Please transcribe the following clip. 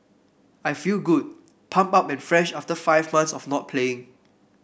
I feel good pumped up and fresh after five months of not playing